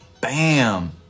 Bam